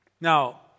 Now